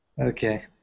Okay